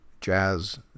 jazz